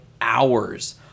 hours